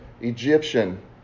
Egyptian